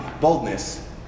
boldness